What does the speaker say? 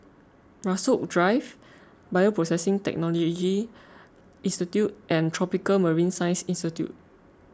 Rasok Drive Bioprocessing Technology Institute and Tropical Marine Science Institute